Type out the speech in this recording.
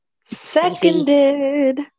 Seconded